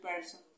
person